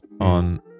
on